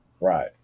right